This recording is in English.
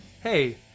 hey